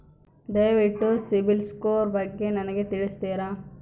ದಯವಿಟ್ಟು ಸಿಬಿಲ್ ಸ್ಕೋರ್ ಬಗ್ಗೆ ನನಗೆ ತಿಳಿಸ್ತೀರಾ?